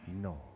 No